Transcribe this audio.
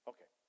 Okay